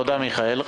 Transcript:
תודה, מיכאל.